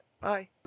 bye